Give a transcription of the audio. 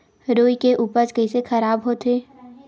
रुई के उपज कइसे खराब होथे?